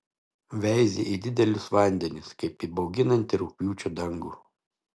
veizi į didelius vandenis kaip į bauginantį rugpjūčio dangų